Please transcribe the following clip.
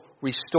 restore